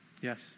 Yes